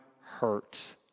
hurt